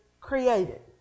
created